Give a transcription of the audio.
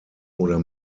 oder